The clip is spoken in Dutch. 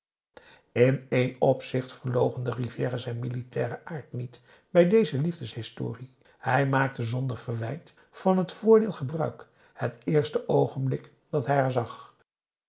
in één opzicht verloochende rivière zijn militairen aard niet bij deze liefdeshistorie hij maakte zonder verwijt van het voordeel gebruik het eerste oogenblik dat hij haar zag